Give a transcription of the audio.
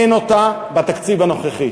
אין אותה בתקציב הנוכחי.